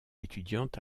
étudiante